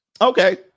Okay